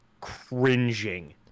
cringing